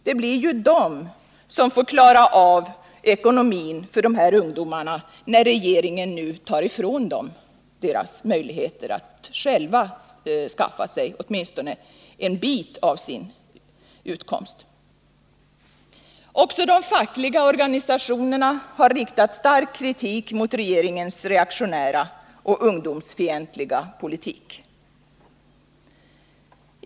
Det blir ju de som får klara av ekonomin åt de här ungdomarna, när regeringen nu tar ifrån dem deras möjligheter att själva skaffa sig åtminstone en bit av sin utkomst. Också de fackliga organisationerna har riktat stark kritik mot regeringens reaktionära och ungdomsfientliga politik.